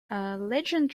legend